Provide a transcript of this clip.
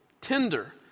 tender